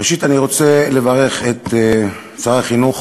ראשית, אני רוצה לברך את שר החינוך